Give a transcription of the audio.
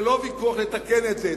זה לא ויכוח אם לתקן את זה.